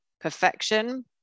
perfection